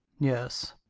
yes.